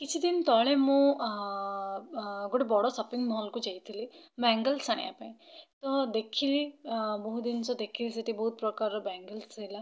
କିଛିଦିନ ତଳେ ମୁଁ ଗୋଟେ ବଡ଼ ସପିଙ୍ଗ ମଲ୍କୁ ଯାଇଥିଲି ବ୍ୟାଙ୍ଗେଲ୍ସ ଆଣିବା ପାଇଁ ତ ଦେଖିଲି ବହୁତ ଜିନିଷ ଦେଖିଲି ସେଠି ବହୁତ ପ୍ରକାରର ବ୍ୟାଙ୍ଗେଲ୍ସ ଥିଲା